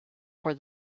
for